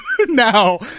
Now